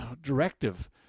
directive